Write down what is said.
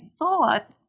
thought